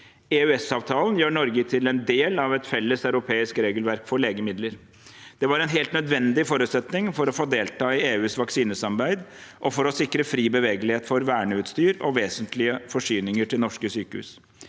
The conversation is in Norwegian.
EØS-avtalen gjør Norge til del av et felles europeisk regelverk for legemidler. Det var en helt nødvendig forutsetning for å få delta i EUs vaksinesamarbeid og for å sikre fri bevegelighet for verneutstyr og vesentlige forsyninger til norske sykehus.